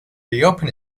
reopen